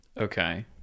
Okay